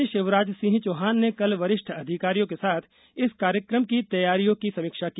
मुख्यमंत्री शिवराज सिंह चौहान ने कल वरिष्ठ अधिकारियों के साथ इस कार्यक्रम की तैयारियों की समीक्षा की